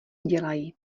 dělají